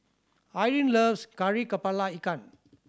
Irvin loves Kari Kepala Ikan